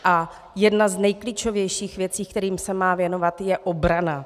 A jedna z nejklíčovějších věcí, kterým se má věnovat, je obrana.